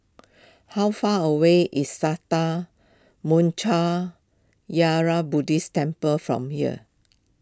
how far away is Sattha Buddhist Temple from here